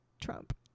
Trump